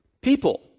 people